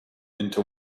into